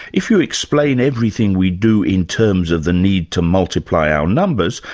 if you explain everything we do in terms of the need to multiply our numbers,